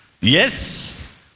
Yes